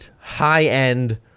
high-end